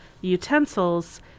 utensils